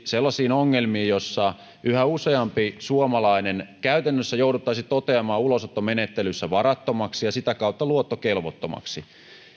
sellaisiin ongelmiin että yhä useampi suomalainen jouduttaisiin toteamaan ulosottomenettelyssä varattomaksi ja sitä kautta luottokelvottomaksi